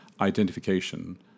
identification